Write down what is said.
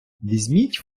візьміть